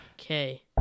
Okay